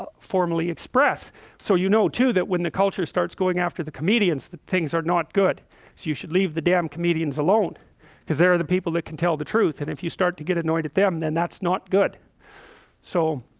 ah formally express so you know to that when the culture starts going after the comedian's that things are not good so you should leave the damn comedians alone because there are the people that can tell the truth and if you start to get annoyed at them, then that's not good so